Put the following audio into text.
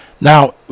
Now